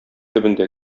төбендә